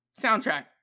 soundtrack